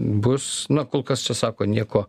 bus na kol kas čia sako nieko